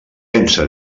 pensa